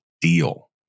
deal